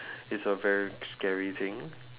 it's a very scary thing